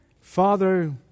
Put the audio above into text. Father